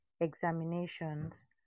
examinations